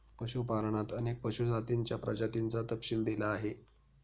पशुपालनात अनेक पशु जातींच्या प्रजातींचा तपशील दिला आहे